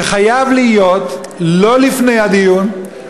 שזה חייב להיות לא לפני הדיון,